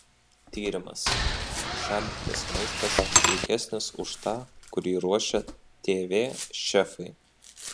tyrimas šaldytas maistas sveikesnis už tą kurį ruošia tv šefai